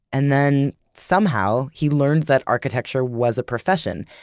and then, somehow, he learned that architecture was profession,